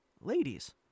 ladies